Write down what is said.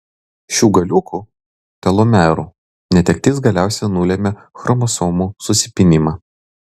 šių galiukų telomerų netektis galiausiai nulemia chromosomų susipynimą